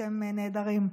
אתם נהדרים.